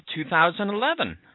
2011